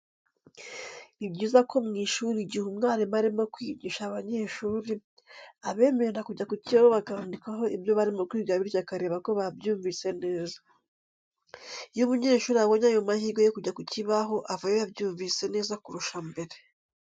Ni byiza ko mu ishuri igihe umwarimu arimo kwigisha abanyeshuri, abemerera kujya ku kibaho bakandikaho ibyo barimo kwiga bityo akareba ko babyumvise neza. Iyo umunyeshuri abonye ayo mahirwe yo kujya ku kibaho avayo yabyumvise neza kurusha mbere.